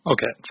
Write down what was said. Okay